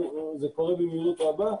זה קורה במהירות רבה,